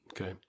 Okay